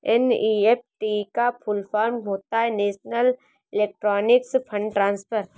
NEFT का full form होता है नेशनल इलेक्ट्रॉनिक्स फण्ड ट्रांसफर